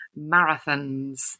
marathons